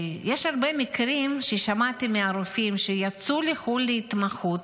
יש הרבה מקרים ששמעתי מהרופאים שיצאו לחו"ל להתמחות,